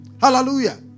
Hallelujah